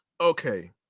okay